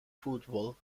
football